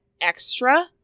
extra